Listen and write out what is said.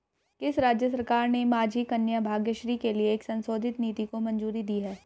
किस राज्य सरकार ने माझी कन्या भाग्यश्री के लिए एक संशोधित नीति को मंजूरी दी है?